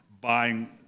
buying